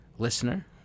listener